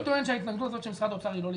טוען שההתנגדות של משרד האוצר היא לא לגיטימית?